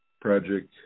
Project